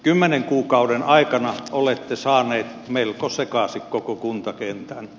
kymmenen kuukauden aikana olette saaneet melko sekaisin koko kuntakentän